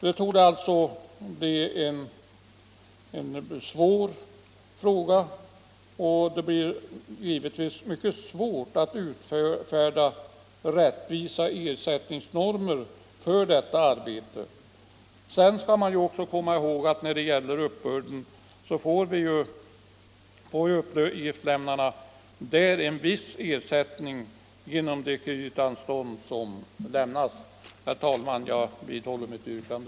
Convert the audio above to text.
Det är vanskliga frågor. Det torde också bli mycket svårt att utfärda rättvisa ersättningsnormer för arbetet med uppgiftslämnandet. Sedan skall man komma ihåg att när det gäller uppbörden får uppgiftslämnarna där en viss ersättning genom det kreditanstånd som lämnas. Herr talman! Jag vidhåller mitt yrkande.